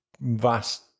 vast